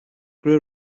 grew